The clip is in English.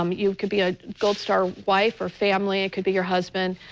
um you can be a gold star wife or family, it can be your husband.